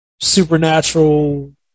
supernatural